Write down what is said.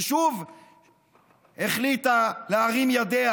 ששוב החליטה להרים ידיה,